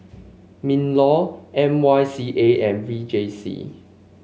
Minlaw M Y C A and V J C